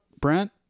Brent